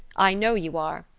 i know you are.